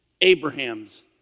Abraham's